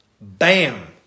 Bam